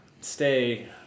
stay